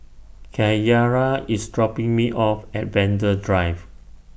Kyara IS dropping Me off At Vanda Drive